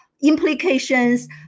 implications